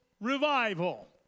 revival